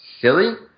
silly